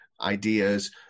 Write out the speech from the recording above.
ideas